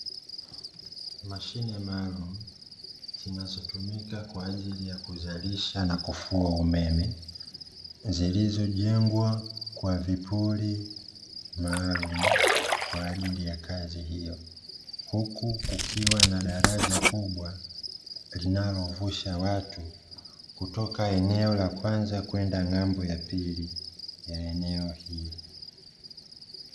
Mashine maalumu zinazotumika kwa ajili ya kuzalisha na kufua umeme, zilizojengwa kwa vipuri maalumu, kwa ajili ya kazi hiyo, huku kukiwa na daraja kubwa linalovusha watu kutoka eneo la kwanza kwenda ng'ambo ya pili ya eneo hili.